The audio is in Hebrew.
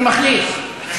אני מחליט.